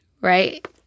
right